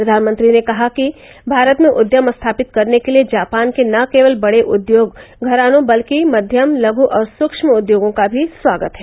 प्रधानमंत्री ने कहा है कि भारत में उद्यम स्थापित करने के लिए जापान के न केवल बड़े उद्योग घरानों बल्कि मध्यम लघु और सूक्ष्म उद्योगों का भी स्वागत है